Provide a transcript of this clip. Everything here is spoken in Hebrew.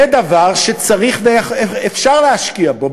זה דבר שצריך ואפשר להשקיע בו.